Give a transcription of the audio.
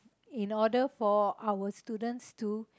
in order for our students to